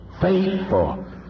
faithful